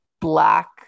black